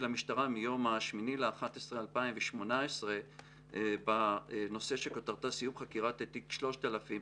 המשטרה מיום ה-8 בנובמבר 2018 בנושא שכותרתו "סיום חקירת תיק 3000,